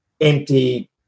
empty